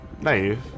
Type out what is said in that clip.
naive